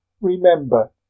Remember